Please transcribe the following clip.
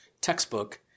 textbook